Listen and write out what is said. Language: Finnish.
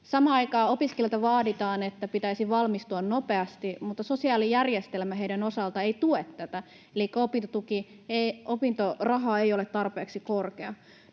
Samaan aikaan opiskelijoilta vaaditaan, että pitäisi valmistua nopeasti, mutta sosiaalijärjestelmä heidän osaltaan ei tue tätä, eli opintotuki, opintoraha ei ole tarpeeksi korkea.